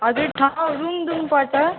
हजुर ठाउँ रुङदुङ पर्छ